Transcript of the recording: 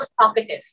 talkative